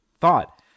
thought